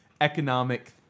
economic